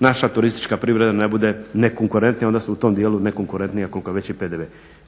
naša turistička privreda ne bude ne konkurentnija, odnosno u tom dijelu ne konkurentnija koliko je veći PDV.